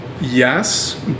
Yes